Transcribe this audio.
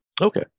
Okay